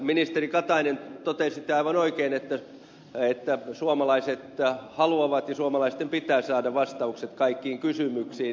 ministeri katainen totesitte aivan oikein että suomalaiset haluavat ja suomalaisten pitää saada vastaukset kaikkiin kysymyksiin